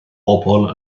bobol